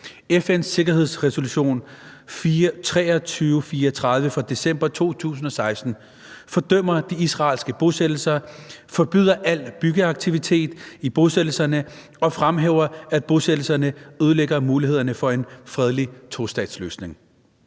FN’s Sikkerhedsråds resolution 2334 fra december 2016 fordømmer de israelske bosættelser, forbyder al byggeaktivitet i bosættelserne og fremhæver, at bosættelserne ødelægger mulighederne for en fredelig tostatsløsning.